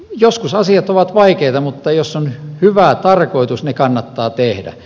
joskus asiat ovat vaikeita mutta jos on hyvä tarkoitus ne kannattaa tehdä